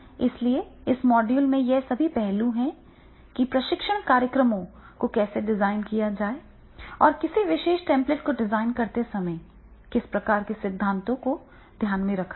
इसलिए इस मॉड्यूल में ये सभी पहलू हैं कि प्रशिक्षण कार्यक्रमों को कैसे डिज़ाइन किया जाए और किसी विशेष टेम्पलेट को डिज़ाइन करते समय किस प्रकार के सिद्धांतों को ध्यान में रखा जाए